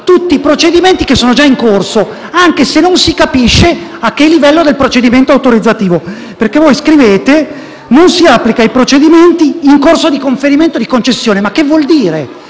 tutti i procedimenti già in corso, anche se non si capisce a che livello del procedimento autorizzativo. Voi scrivete che «non si applica ai procedimenti in corso di conferimento di concessione». Ma che cosa vuol dire?